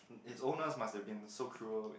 it is honest must be in so cruel